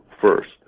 first